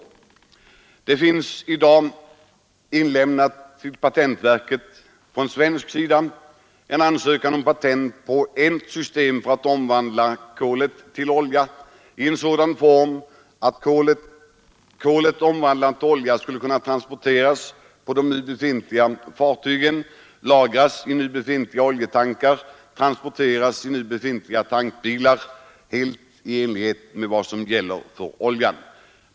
Och det finns i dag en ansökan inlämnad till patentverket från svensk sida om patent på ett system för att omvandla kolet till olja i en sådan form att kolet, omvandlat till olja, skulle kunna transporteras på nu befintliga fartyg, lagras i nu befintliga oljetankar och transporteras i nu befintliga tankbilar, helt i enlighet med vad som gäller för oljan.